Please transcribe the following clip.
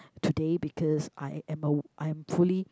today because I am a I am fully